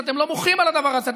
לא מוחים על הדבר הזה.